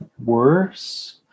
worse